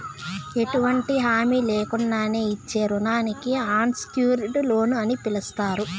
ఎటువంటి హామీ లేకున్నానే ఇచ్చే రుణానికి అన్సెక్యూర్డ్ లోన్ అని పిలస్తారు